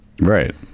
Right